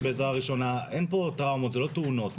אין פה טראומות, זה לא תאונות.